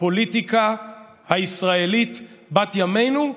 לפוליטיקה הישראלית בת ימינו,